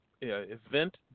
event